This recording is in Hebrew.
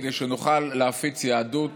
כדי שנוכל להפיץ יהדות